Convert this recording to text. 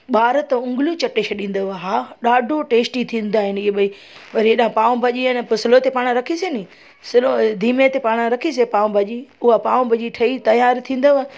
ॿार त उंगलियूं चटे छॾींदव हा ॾाढो टेस्टी थींदा आहिनि इअं भई वरी हेॾा पाव भाॼी आहे न पोइ स्लो ते पाणि रखीसीं नी स्लो धीमे ते पाणि रखीसीं पाव भाॼी उहा पाव भाॼी ठही तयार थींदव